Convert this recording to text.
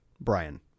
Brian